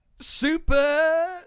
super